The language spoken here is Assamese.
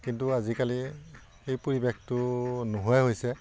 কিন্তু আজিকালি এই পৰিৱেশটো নোহোৱাই হৈছে